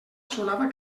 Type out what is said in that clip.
sonava